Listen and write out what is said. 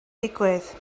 digwydd